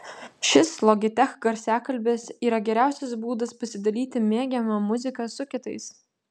šis logitech garsiakalbis yra geriausias būdas pasidalyti mėgiama muzika su kitais